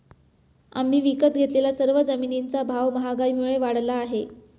आम्ही विकत घेतलेल्या सर्व जमिनींचा भाव महागाईमुळे वाढला आहे